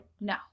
No